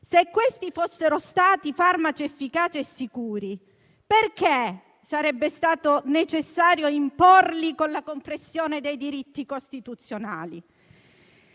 Se questi fossero stati farmaci efficaci e sicuri, perché sarebbe stato necessario imporli con la compressione dei diritti costituzionali?